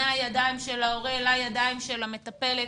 מהידיים של ההורה לידיים של המטפלת.